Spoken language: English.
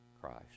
Christ